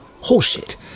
horseshit